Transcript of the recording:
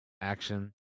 action